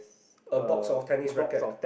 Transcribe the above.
a box of tennis rackets